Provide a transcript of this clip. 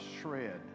shred